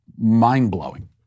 mind-blowing